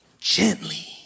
gently